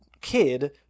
kid